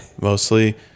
mostly